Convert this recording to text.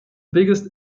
biggest